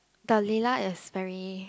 the layla is very